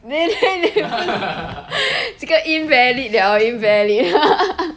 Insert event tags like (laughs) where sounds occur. then (laughs) 这个 invalid liao invalid (laughs)